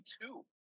two